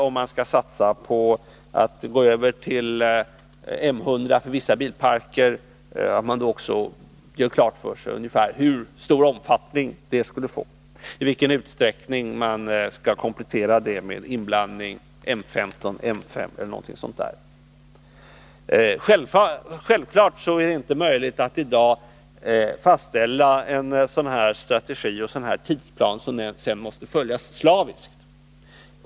Om man t.ex. skall gå över till M100 för vissa bilparker, måste man samtidigt göra klart för sig hur stor omfattning det skulle få och i vilken utsträckning man skall komplettera det med inblandning av M15, MS eller någonting sådant. Självfallet är det inte möjligt att i dag fastställa en strategi eller en tidsplan som sedan måste följas slaviskt.